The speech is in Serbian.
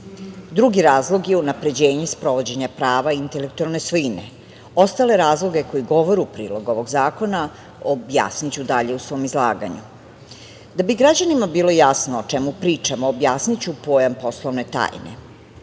se. Drugi razlog je unapređenje sprovođenja prava intelektualne svojine. Ostale razloge koji govore u prilog ovog zakona objasniću dalje u svom izlaganju. Da bi građanima bilo jasno o čemu pričamo, objasniću pojam poslovne tajne.